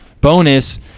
bonus